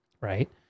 right